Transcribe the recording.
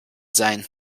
sein